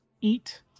eat